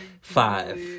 Five